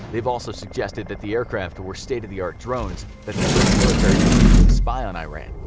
they have also suggested that the aircraft were state of the art drones that the u s. military was using to spy on iran.